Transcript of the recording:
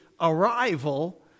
arrival